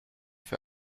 für